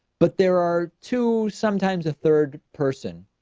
but there are two, sometimes a third person,